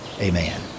Amen